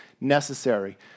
necessary